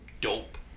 dope